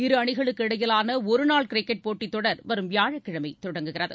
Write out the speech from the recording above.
இரு அணிகளுக்கிடையிலான ஒரு நாள் கிரிக்கெட் போட்டித்தொடர் வரும் வியாழக்கிழமை தொடங்குகிறது